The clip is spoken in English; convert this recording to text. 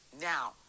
Now